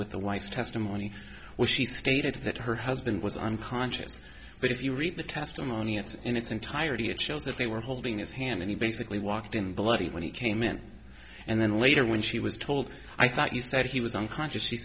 with the wife's testimony was she stated that her husband was unconscious but if you read the testimony it in its entirety it shows that they were holding his hand and he basically walked in bloody when he came in and then later when she was told i thought you said he was unconscious she